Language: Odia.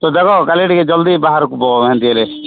ତୁ ଦେଖ କାଲି ଟିକେ ଜଲ୍ଦି ବାହାରିବ ଏମ୍ତି ହେଲେ